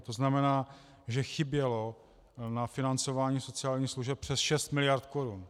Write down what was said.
To znamená, že chybělo na financování sociálních služeb přes 6 mld. korun.